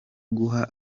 guha